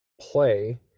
play